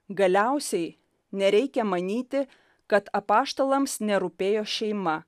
galiausiai nereikia manyti kad apaštalams nerūpėjo šeima